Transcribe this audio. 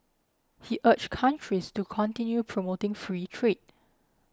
he urged countries to continue promoting free trade